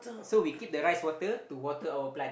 so we keep the rice water to water our plant